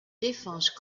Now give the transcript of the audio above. défense